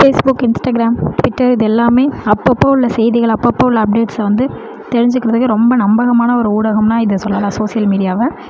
face book Instagram Twitter இது எல்லாமே அப்பப்போ உள்ள செய்திகள் அப்பப்போ உள்ள அப்டேட்ஸை வந்து தெரிஞ்சுக்கிறதுக்கு ரொம்ப நம்பகமான ஒரு ஊடகம்னால் இதை சொல்லலாம் சோசியல் மீடியாவை